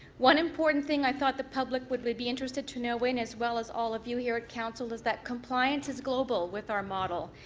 one important thing i thought the public would would be interested to know as well as all of you here at council is that compliance is global with our model.